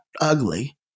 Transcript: ugly